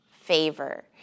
favor